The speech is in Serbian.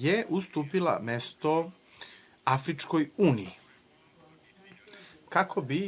je ustupila mesto Afričkoj uniji kako bi